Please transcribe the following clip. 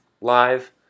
live